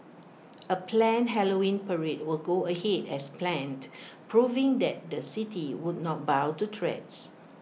A planned Halloween parade will go ahead as planned proving that the city would not bow to threats